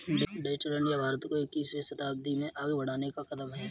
digital India Bharat को इक्कीसवें शताब्दी में आगे बढ़ने का कदम है